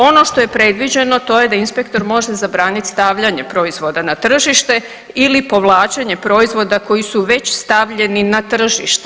Ono što je predviđeno to je da inspektor može zabraniti stavljanje proizvoda na tržište ili povlačenje proizvoda koji su već stavljeni na tržište.